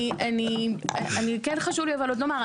אני כן חשוב לי אבל עוד לומר,